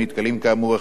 החברה והיורשים,